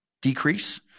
decrease